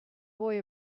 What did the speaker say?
boy